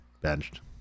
benched